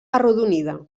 arrodonida